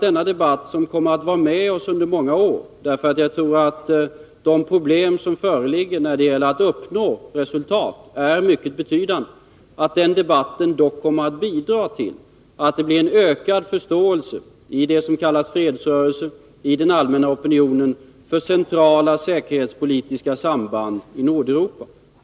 Denna debatt kommer att vara med oss under många år, eftersom de problem som föreligger när det gäller att uppnå resultat är mycket betydande. Jag tror att denna debatt kommer att bidra till att det blir en ökad förståelse i det som kallas fredsrörelse och i den allmänna opinionen för centrala säkerhetspolitiska samband i Nordeuropa.